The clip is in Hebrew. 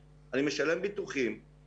בוא ונדבר עליו.